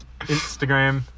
Instagram